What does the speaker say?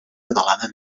catalana